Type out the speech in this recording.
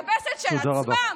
את הדבשת של עצמם.